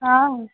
हा